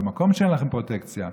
במקום שאין לכם פרוטקציה,